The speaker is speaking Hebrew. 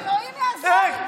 אלוהים יעזור, באמת.